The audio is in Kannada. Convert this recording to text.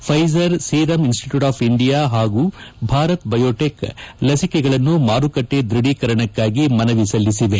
Pfizer Serum Institute of India ಹಾಗೂ ಭಾರತ ಬಯೋಟೆಕ್ ಲಸಿಕೆಗಳನ್ನು ಮಾರುಕಟ್ಟೆ ದ್ವಧೀಕರಣಕ್ಕಾಗಿ ಮನವಿ ಸಲ್ಲಿಸಿವೆ